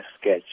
sketch